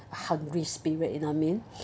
hungry spirit you know what I mean